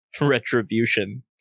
retribution